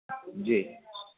जी